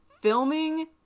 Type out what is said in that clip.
filming